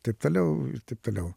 taip toliau ir taip toliau